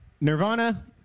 Nirvana